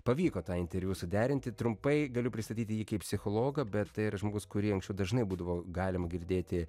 pavyko tą interviu suderinti trumpai galiu pristatyti jį kaip psichologą bet tai yra žmogus kurį anksčiau dažnai būdavo galima girdėti